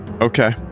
Okay